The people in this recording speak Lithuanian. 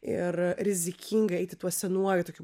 ir rizikinga eiti tuo senuoju tokiu